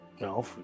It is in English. No